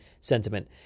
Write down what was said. sentiment